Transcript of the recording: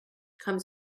comes